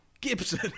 Gibson